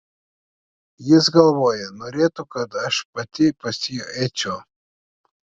jis galvoja norėtų kad aš pati pas jį eičiau